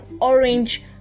orange